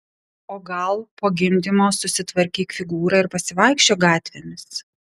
o gal po gimdymo susitvarkyk figūrą ir pasivaikščiok gatvėmis